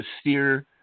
steer